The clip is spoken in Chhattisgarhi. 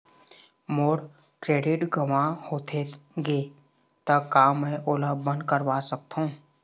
मोर क्रेडिट गंवा होथे गे ता का मैं ओला बंद करवा सकथों?